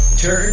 Turn